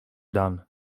dan